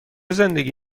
زندگی